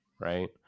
right